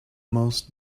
most